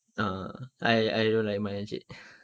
err I I don't like my encik uh